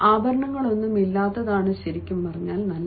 ആഭരണങ്ങളൊന്നും ഇല്ലാത്തതാണ് നല്ലത്